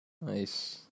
Nice